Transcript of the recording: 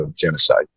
genocide